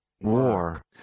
war